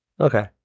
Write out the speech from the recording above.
Okay